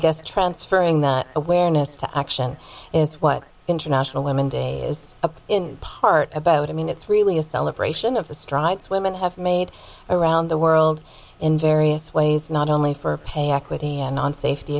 guess transferring that awareness to action is what international women's day is in part about i mean it's really a celebration of the strides women have made around the world in various ways not only for pay equity and on safety